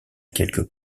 quelques